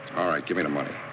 all right. give me the money.